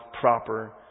proper